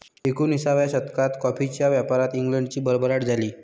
एकोणिसाव्या शतकात कॉफीच्या व्यापारात इंग्लंडची भरभराट झाली